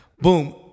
Boom